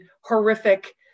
horrific